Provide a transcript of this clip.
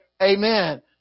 amen